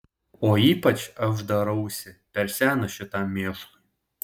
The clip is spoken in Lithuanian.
o ypač aš darausi per senas šitam mėšlui